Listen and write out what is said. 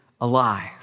alive